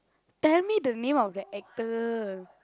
tell me the name of the actor